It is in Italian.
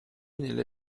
nelle